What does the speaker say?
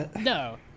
No